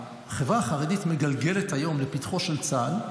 החברה החרדית מגלגלת היום לפתחו של צה"ל,